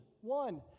One